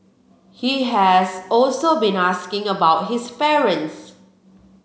he has also been asking about his parents